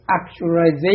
actualization